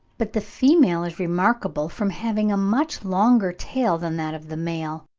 but the female is remarkable from having a much longer tail than that of the male